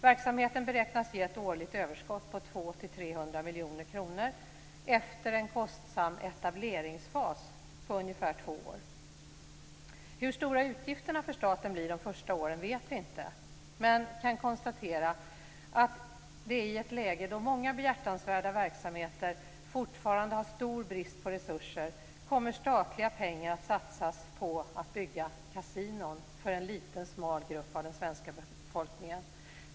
Verksamheten beräknas ge ett årligt överskott på 200-300 miljoner kronor efter en kostsam etableringsfas om ungefär två år. Hur stora utgifterna för staten blir de första åren vet vi inte, men vi kan konstatera att i ett läge då många behjärtansvärda verksamheter fortfarande har stor brist på resurser kommer statliga pengar att satsas på att bygga kasinon för en liten och smal grupp av den svenska befolkningen.